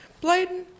Bladen